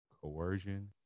coercion